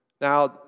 Now